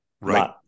Right